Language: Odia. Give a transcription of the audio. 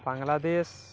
ବାଂଲାଦେଶ